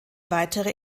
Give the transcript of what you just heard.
weitere